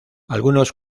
algunos